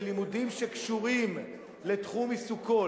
לימודים שקשורים לתחום עיסוקו,